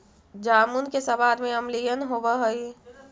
जामुन के सबाद में अम्लीयन होब हई